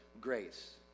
grace